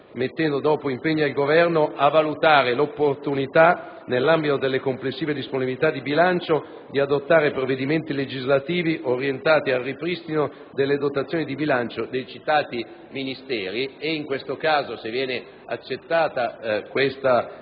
senso: «impegna il Governo a valutare la opportunità - nell'ambito delle complessive disponibilità di bilancio - di adottare provvedimenti legislativi orientati al ripristino delle dotazioni di bilancio dei citati Ministeri». Con questa modifica l'ordine del